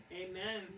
Amen